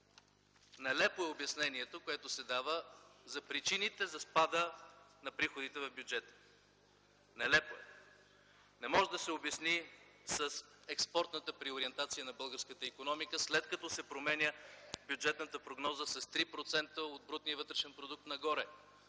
Нелепо е обяснението, което се дава за причините за спада на приходите в бюджета. Нелепо е! Не може да се обясни с експортната преориентация на българската икономика след като се променя бюджетната прогноза с 3% от брутния вътрешен продукт нагоре.